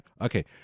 Okay